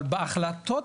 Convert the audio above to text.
אבל בהחלטות